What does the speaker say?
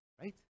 Right